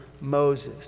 Moses